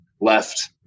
left